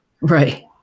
right